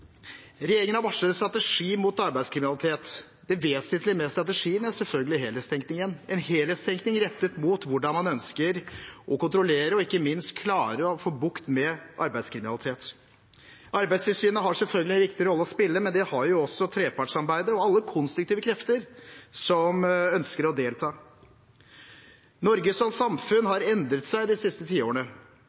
Regjeringen har varslet en strategi mot arbeidskriminalitet. Det vesentlige med strategien er selvfølgelig helhetstenkningen – en helhetstenkning rettet mot hvordan man ønsker å kontrollere, og ikke minst klare å få bukt med arbeidskriminalitet. Arbeidstilsynet har selvfølgelig en viktig rolle å spille, men det har også trepartssamarbeidet og alle konstruktive krefter som ønsker å delta. Norge som samfunn har endret seg de siste tiårene,